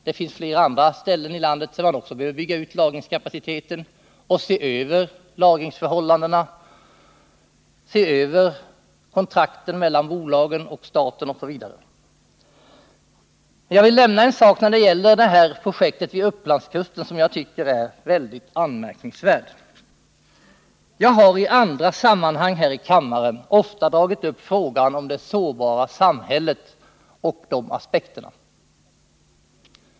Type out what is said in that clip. Det finns också flera andra ställen vid kusten där man behöver bygga ut lagringskapaciteten och se över lagringsförhållandena, kontrakten mellan bolagen och staten osv., men jag vill nämna något som gäller projektet vid Upplandskusten och som jag tycker är väldigt anmärkningsvärt. Jag har i andra sammanhang här i kammaren ofta tagit upp frågan om det sårbara samhället och aspekter på den.